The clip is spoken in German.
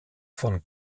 von